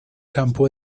campo